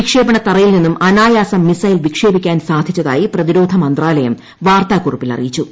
വിക്ഷേപണത്തറയിൽ നിന്നും അനായാസം മിസൈൽ വിക്ഷേപിക്കാൻ സാധിച്ചതായി പ്രതിരോധ മന്ത്രാലയം വാർത്താക്കുറിപ്പിൽ അറിയിച്ചു